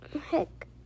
heck